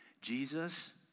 Jesus